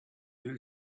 who